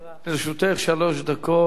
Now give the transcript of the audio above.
לרשותך שלוש דקות.